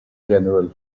general